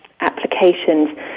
applications